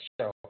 Show